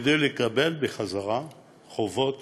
כדי לקבל בחזרה חובות